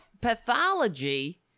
pathology